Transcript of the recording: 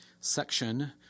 section